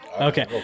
Okay